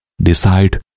Decide